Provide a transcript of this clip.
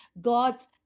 God's